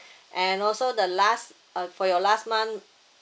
and also the last uh for your last month